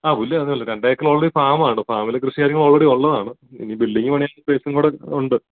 ആ പുല്ല് അതെ ഉള്ളു രണ്ട് ഏക്കറ് ഓൾറെഡി ഫാമാണ് ഫാമിൽ കൃഷി കാര്യങ്ങൾ ഒൾറെഡി ഉള്ളതാണ് ഇനി ബിൽഡിങ് പണിയാനുള്ള സ്പേസും കൂടെ ഉണ്ട്